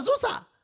Azusa